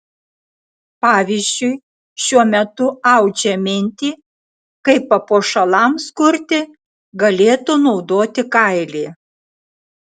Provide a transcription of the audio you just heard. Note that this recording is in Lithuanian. pavyzdžiui šiuo metu audžia mintį kaip papuošalams kurti galėtų naudoti kailį